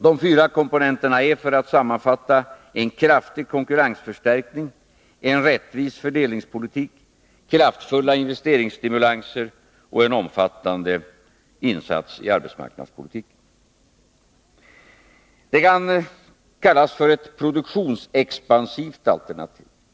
De fyra komponenterna är, för att sammanfatta, en kraftig konkurrensförstärkning, en rättvis fördelningspolitik, kraftfulla investeringsstimulanser och en omfattande insats i arbetsmarknadspolitiken. Det kan kallas för ett produktionsexpansivt alternativ.